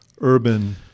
urban